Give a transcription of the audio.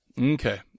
Okay